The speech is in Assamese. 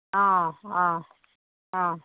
অঁ অঁ অঁ